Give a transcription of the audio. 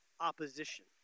opposition